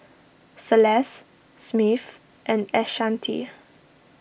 Celeste Smith and Ashanti